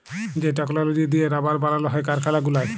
যে টেকললজি দিঁয়ে রাবার বালাল হ্যয় কারখালা গুলায়